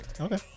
Okay